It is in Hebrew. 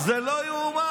זה לא ייאמן.